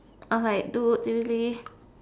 I was like dude seriously